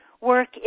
work